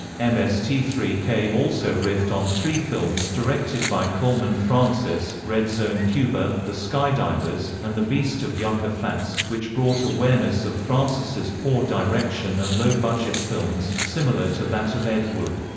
m s t three k also riffed on three films directed by coleman francis red zone cuba, the skydivers, and the beast of yucca flats, which brought awareness of francis' poor direction and low-budget films, similar to that of ed wood.